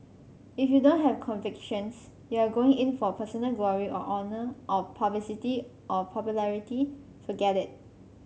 if you don't have convictions you are going in for personal glory or honour or publicity or popularity forget it